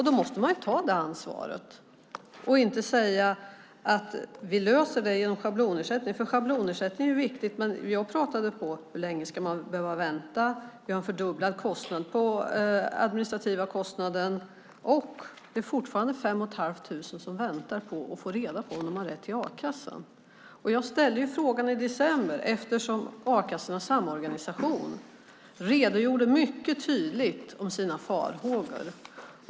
Då måste man ta det ansvaret och inte säga att vi löser det genom schablonersättning. Schablonersättningen är viktig, men jag frågade hur länge man ska behöva vänta och pratade om den fördubblade administrativa kostnaden. Det är fortfarande fem och ett halvt tusen som väntar på att få reda på om de har rätt till a-kassa. Jag ställde frågan i december eftersom Arbetslöshetskassornas Samorganisation då mycket tydligt redogjorde för sina farhågor.